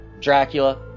Dracula